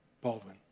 Baldwin